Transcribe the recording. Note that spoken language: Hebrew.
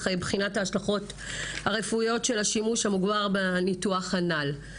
בחינת ההשלכות הרפואיות של השימוש המוגבר בניתוח הנ"ל.